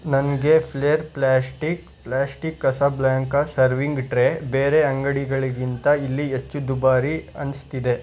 ನನಗೆ Flair plastic plastic Casablanca serving tray ಬೇರೆ ಅಂಗಡಿಗಳಿಗಿಂತ ಇಲ್ಲಿ ಹೆಚ್ಚು ದುಬಾರಿ ಅನ್ನಿಸ್ತಿದೆ